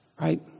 right